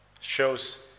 shows